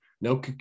no